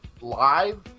live